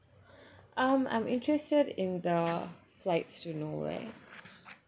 um I'm interested in the flights to nowhere